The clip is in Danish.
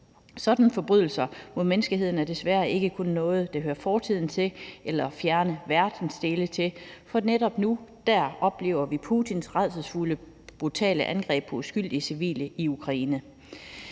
Sådanne forbrydelser mod menneskeheden er desværre ikke noget, der kun hører fortiden til eller fjerne verdensdele til, for netop nu oplever vi Putins rædselsfulde brutale angreb på uskyldige civile i Ukraine.